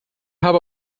habe